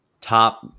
top